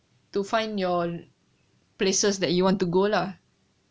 to find your places that you want to go lah